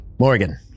Morgan